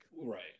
right